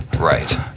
Right